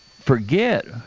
forget